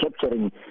capturing